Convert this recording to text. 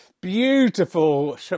Beautiful